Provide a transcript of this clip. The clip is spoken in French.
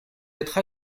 être